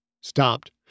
stopped